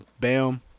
Bam